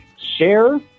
Share